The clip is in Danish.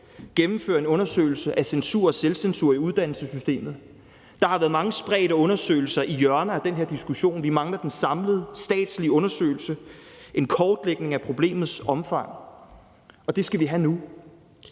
gennemfører en undersøgelse af censur og selvcensur i uddannelsessystemet. Der har været mange spredte undersøgelser i hjørnerne af den her diskussion, men vi mangler den samlede statslige undersøgelse, altså en kortlægning af problemets omfang, og det skal vi have nu.